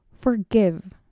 Forgive